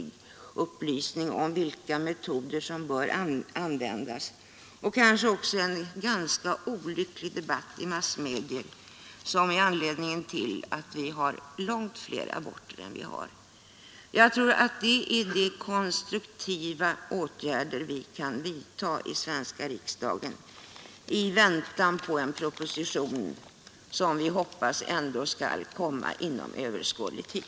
Upplysningen om vilka metoder som bör användas är nämligen ofta helt felaktig — en ganska olycklig debatt i massmedierna är kanske också en anledning till att vi har långt fler aborter än vi borde ha. Jag tror att det är de konstruktiva åtgärder vi kan vidta i den svenska riksdagen i väntan på en proposition, som vi hoppas ändå skall komma inom överskådlig tid.